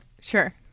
sure